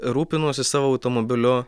rūpinuosi savo automobiliu